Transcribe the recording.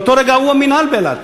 באותו רגע הוא המינהל באילת,